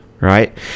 Right